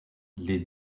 les